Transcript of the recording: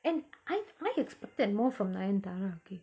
and I I expected more from nayanthara okay